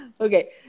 Okay